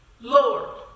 Lord